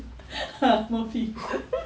muffin